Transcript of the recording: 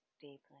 deeply